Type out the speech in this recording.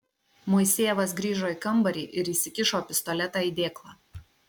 moisejevas grįžo į kambarį ir įsikišo pistoletą į dėklą